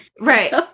Right